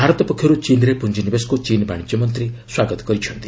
ଭାରତ ପକ୍ଷରୁ ଚୀନ୍ରେ ପୁଞ୍ଜିନିବେଶକୁ ଚୀନ୍ ବାଶିଜ୍ୟମନ୍ତ୍ରୀ ସ୍ୱାଗତ କରିଥିଲେ